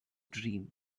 dream